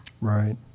Right